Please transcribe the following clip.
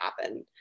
happen